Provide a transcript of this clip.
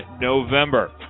November